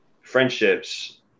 friendships